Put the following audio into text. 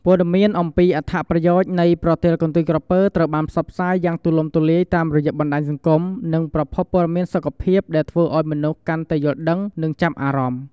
ព័ត៌មានអំពីអត្ថប្រយោជន៍នៃប្រទាលកន្ទុយក្រពើត្រូវបានផ្សព្វផ្សាយយ៉ាងទូលំទូលាយតាមរយៈបណ្តាញសង្គម និងប្រភពព័ត៌មានសុខភាព ដែលធ្វើឲ្យមនុស្សកាន់តែយល់ដឹង និងចាប់អារម្មណ៍។